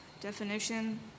Definition